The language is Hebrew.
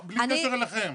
בלי קשר אליכם.